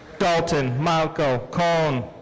dalton malco kohn.